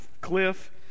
cliff